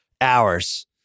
hours